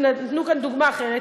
נתנו כאן דוגמה אחרת,